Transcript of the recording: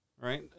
right